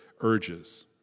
urges